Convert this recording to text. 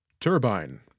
Turbine